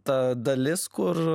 ta dalis kur